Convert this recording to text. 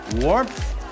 warmth